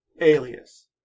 alias